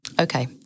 Okay